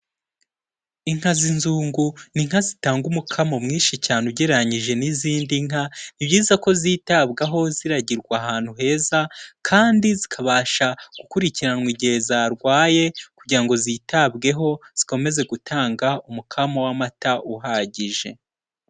Inka z'inzungu ni inka zitanga umukamo mwinshi cyane ugereranyije n'izindi nka, ni byiza ko zitabwaho ziragirwa ahantu heza kandi zikabasha gukurikiranwa igihe zarwaye kugira ngo zitabweho zikomeze gutanga umukamo w'amata uhagije.